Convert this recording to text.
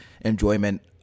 enjoyment